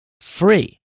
free